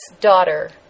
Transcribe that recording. daughter